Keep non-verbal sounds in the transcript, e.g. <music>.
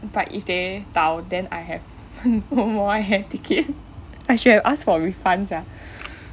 but if they 倒 then I have <laughs> one more air ticket I should have asked for refunds sia